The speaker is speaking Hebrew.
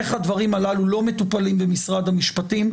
איך הדבר הללו לא מטופלים במשרד המשפטים,